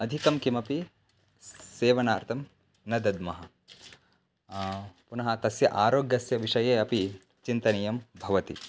अधिकं किमपि सेवनार्थं न दध्मः पुनः तस्य आरोग्यस्य विषये अपि चिन्तनीयं भवति